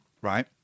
right